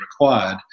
required